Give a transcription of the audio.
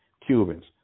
Cubans